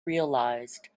realized